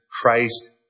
Christ